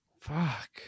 Fuck